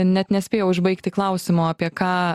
net nespėjau užbaigti klausimo apie ką